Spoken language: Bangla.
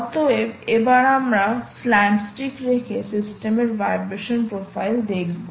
অতএব এবার আমরা স্ল্যামস্টিক রেখে সিস্টেমের ভাইব্রেশন প্রোফাইল দেখব